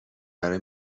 برای